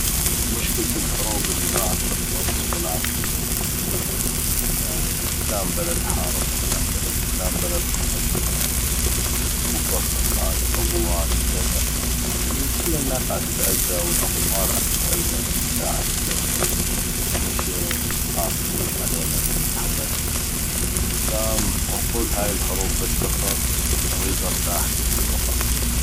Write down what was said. مشكلة الحروب اللي ما عتخلص ولا عتنتهي يعني فلان بلد حارب فلان بلد فلان بلد قصف فلان بلد مفخخات عبوات كذا كله الناس عتتاذه والاطفال عتتاذه والنساء عتتاذه يعني شي صعب كلش علينا انو نتحملو ف نقول هاي الحروب بس تخلص نغيد نرتاح كفي بقى